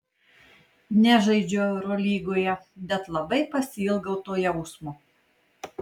nežaidžiu eurolygoje bet labai pasiilgau to jausmo